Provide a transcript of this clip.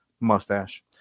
mustache